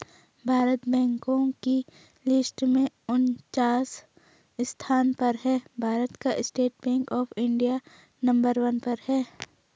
भारत बैंको की लिस्ट में उनन्चास स्थान पर है भारत का state bank of India number one पर है